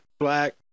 Black